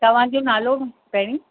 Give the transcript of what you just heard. तव्हांजो नालो पहिरीं